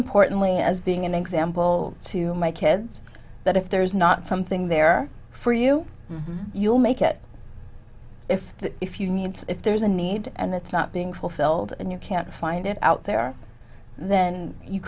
importantly as being an example to my kids that if there's not something there for you you'll make it if if you need if there's a need and it's not being fulfilled and you can't find it out there then you